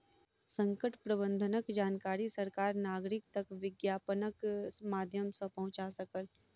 संकट प्रबंधनक जानकारी सरकार नागरिक तक विज्ञापनक माध्यम सॅ पहुंचा सकल